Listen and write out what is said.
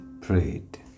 prayed